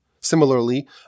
Similarly